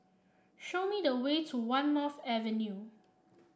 show me the way to One North Avenue